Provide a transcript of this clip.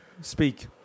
speak